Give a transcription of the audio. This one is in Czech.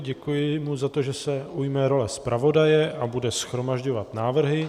Děkuji mu i za to, že se ujme role zpravodaje a bude shromažďovat návrhy.